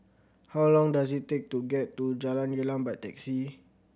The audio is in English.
how long does it take to get to Jalan Gelam by taxi